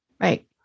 Right